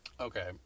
Okay